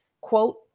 Quote